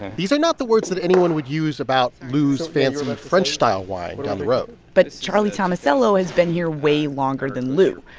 these are not the words that anyone would use about lou's fancy, um and french-style wine down the road but charlie tomasello has been here way longer than lou.